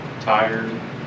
Tired